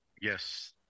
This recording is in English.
Yes